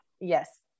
Yes